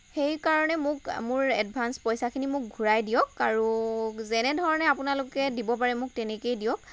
সেইকাৰণে মোৰ মোক এডভাঞ্চ পইচাখিনি মোক ঘূৰাই দিয়ক আৰু যেনে ধৰণে আপোনালোকে দিব পাৰে মোক তেনে ধৰণেই দিয়ক